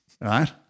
Right